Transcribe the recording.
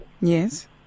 Yes